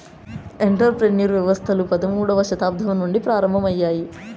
enter ప్రెన్యూర్ వ్యవస్థలు పదమూడవ శతాబ్దం నుండి ఆరంభమయ్యాయి